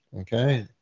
Okay